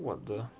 what the